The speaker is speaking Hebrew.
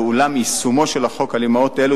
ואולם יישומו של החוק על אמהות אלו